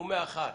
מאחר